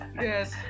yes